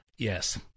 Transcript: Yes